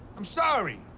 i'm sorry.